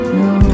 no